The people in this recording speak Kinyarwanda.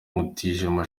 mutijima